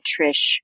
Trish